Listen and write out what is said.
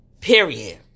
Period